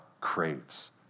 craves